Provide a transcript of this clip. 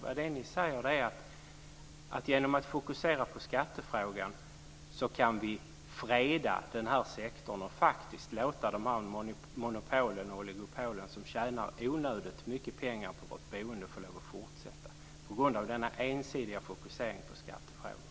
Vad ni säger är ju att vi genom att fokusera på skattefrågan kan freda den här sektorn och faktiskt låta de monopol och oligopol som tjänar onödigt mycket pengar på vårt boende få fortsätta, just på grund av denna ensidiga fokusering på skattefrågorna.